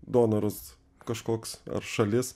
donoras kažkoks ar šalis